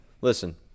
Listen